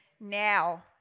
now